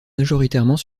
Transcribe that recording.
majoritairement